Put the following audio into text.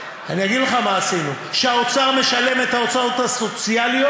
אני אגיד לך מה עשינו: שהאוצר משלם את ההוצאות הסוציאליות,